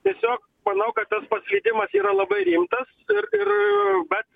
tiesiog manau kad tas paslydimas yra labai rimtas ir ir bet